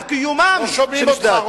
על קיומם שנשדד.